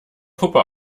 puppe